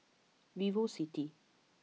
Vivo City